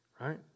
right